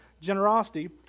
generosity